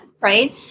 right